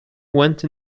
went